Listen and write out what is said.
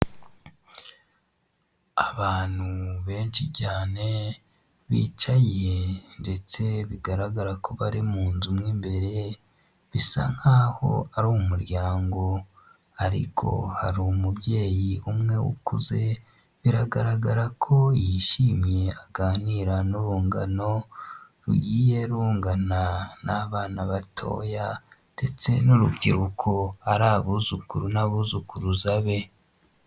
Abantu benshi cyane bicaye ndetse bigaragara ko bari mu nzu mo imbere, bisa nkaho ari umuryango, ariko hari umubyeyi umwe ukuze, biragaragara ko yishimye aganira n'urungano rugiye rungana n'abana batoya ndetse n'urubyiruko ari abuzukuru n'abuzukuruza be.